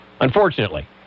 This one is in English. Unfortunately